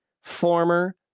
former